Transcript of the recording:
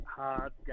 hard